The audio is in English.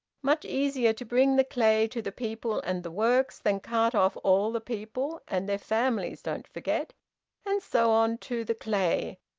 much easier to bring the clay to the people and the works, than cart off all the people and their families, don't forget and so on, to the clay,